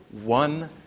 one